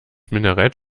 minarett